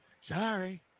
sorry